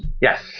Yes